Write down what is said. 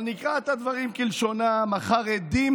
אבל נקרא את הדברים כלשונם: "החרדים